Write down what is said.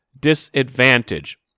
disadvantage